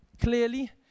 clearly